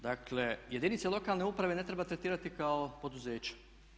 Dakle, jedinice lokalne uprave ne treba tretirati kao poduzeća.